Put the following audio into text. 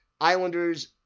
Islanders